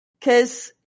Cause